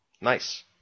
Nice